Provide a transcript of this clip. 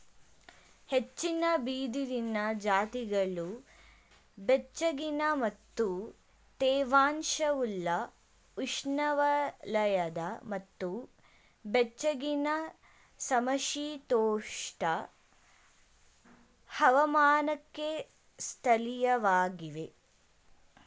ಹೆಚ್ಚಿನ ಬಿದಿರಿನ ಜಾತಿಗಳು ಬೆಚ್ಚಗಿನ ಮತ್ತು ತೇವಾಂಶವುಳ್ಳ ಉಷ್ಣವಲಯದ ಮತ್ತು ಬೆಚ್ಚಗಿನ ಸಮಶೀತೋಷ್ಣ ಹವಾಮಾನಕ್ಕೆ ಸ್ಥಳೀಯವಾಗಿವೆ